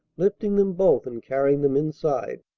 lifting them both and carrying them inside.